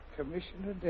Commissioner